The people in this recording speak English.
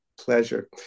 pleasure